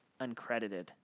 uncredited